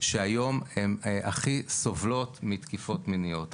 שהיום הן הכי סובלות מתקיפות מיניות.